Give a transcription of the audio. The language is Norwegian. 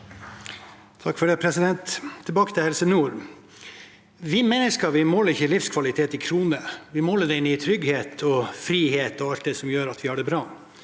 Vi mennesker måler ikke livskvalitet i kroner, vi måler den i trygghet, frihet og alt det som gjør at vi har det bra.